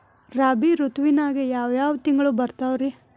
ರಾಬಿ ಋತುವಿನಾಗ ಯಾವ್ ಯಾವ್ ತಿಂಗಳು ಬರ್ತಾವ್ ರೇ?